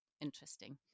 interesting